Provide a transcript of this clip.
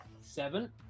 Seven